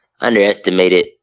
underestimated